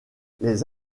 les